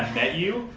met you,